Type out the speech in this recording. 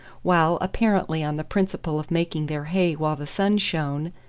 while, apparently on the principle of making their hay while the sun shone,